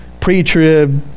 pre-trib